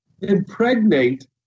impregnate